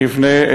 נבנה,